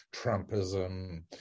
Trumpism